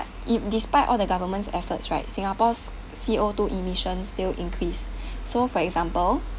if despite all the government's efforts right singapore's C_O two emissions still increase so for example